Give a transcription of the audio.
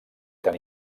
tant